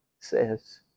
says